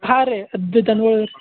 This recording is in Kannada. ಹಾಂ ರೀ